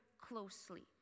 closely